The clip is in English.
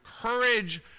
courage